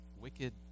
wicked